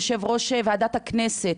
יו"ר ועדת הכנסת,